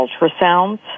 ultrasounds